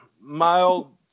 mild